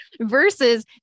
Versus